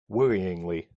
worryingly